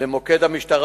למוקד המשטרה,